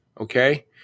okay